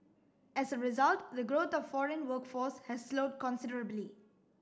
as a result the growth of foreign workforce has slowed considerably